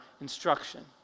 instruction